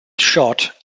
shot